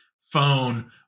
phone